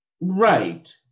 right